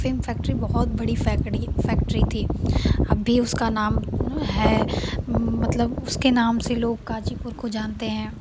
अफ़ीम factory बहुत बड़ी फकड़ी फैक्ट्री थी अब भी उसका नाम है मतलब उसके नाम से लोग गाज़ीपुर को जानते हैं